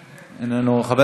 חבר הכנסת דב חנין?